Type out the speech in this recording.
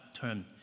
term